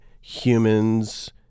humans